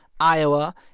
Iowa